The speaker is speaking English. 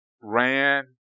ran